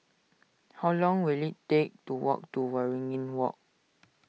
how long will it take to walk to Waringin Walk